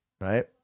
right